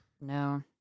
no